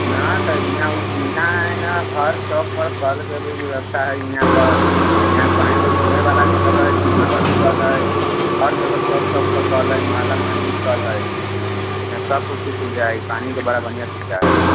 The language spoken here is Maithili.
नहि तऽ इहाँ इहाँ हय ने हर चौक पर कलके भी व्यवस्था हय इहाँ पर इहाँ कहीँ घुमै बला जगह हय उहाँ भी कल हय सभ जगह चौक चौक पर कल हय महल्लामे भी कल हय इहाँ सभकिछुके सु विधा हय पानिके बड़ा बढ़िआँ सुविधा हय